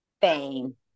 fame